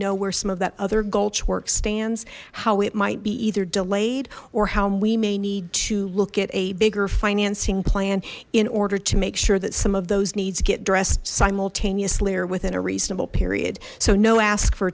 know where some of that other gulch work stands how it might be either delayed or whom we may need to look at a bigger financing plan in order to make sure that some of those needs get dressed simultaneously or within a reasonable period so no ask for